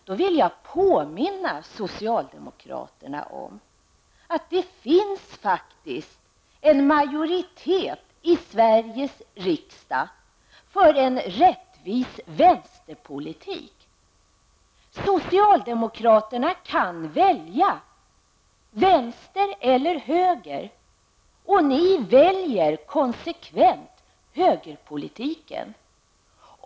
Då vill jag påminna socialdemokraterna om att det faktiskt finns en majoritet i Sveriges riksdag för en rättvis vänsterpolitik. Ni socialdemokrater kan välja vänster eller höger, och ni väljer konsekvent högerpolitiken.